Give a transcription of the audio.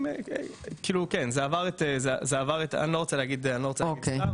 אני לא רוצה להגיד מספר,